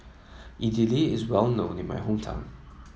Idili is well known in my hometown